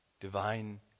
Divine